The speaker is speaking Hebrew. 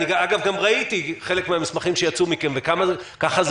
אני גם ראיתי חלק מהמסכים שהוצאתם וככה זה